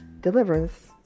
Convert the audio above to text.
deliverance